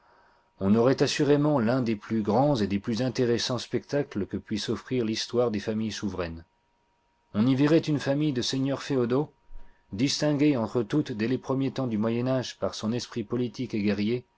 on aurait assurément l'un des plus grands et des plus intéressants spectacles que puisse offrire l'histoire des familles souveraines on y verrait une famille de seigneurs féodaux distinguée entre toutes dès les premiers temps du moyen-âge par son esprit politique et guerrier